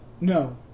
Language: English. No